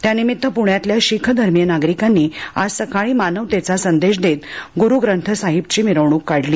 या निमित्त प्ण्यातल्या शीख धर्मीय नागरिकांनी आज सकाळी मानवतेचा संदेश देत ग्रूग्रंथसाहिबची मिरवणूक काढली